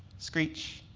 screech,